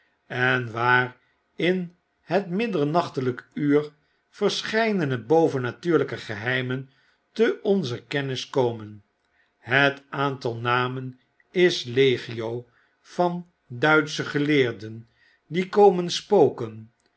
en waar in het middernachtelyk uur verscheidene bovennatuurlyke geheimen te onzer kennis komen het aantal namen is legio van duitsche geleerden die komen spoken